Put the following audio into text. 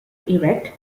erect